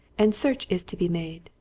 and search is to be made.